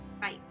Bye